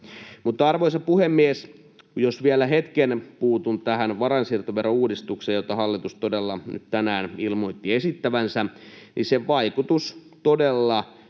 arvoisa puhemies, jos vielä hetken puutun tähän varainsiirtoverouudistukseen, jota hallitus todella nyt tänään ilmoitti esittävänsä, niin sen vaikutus todella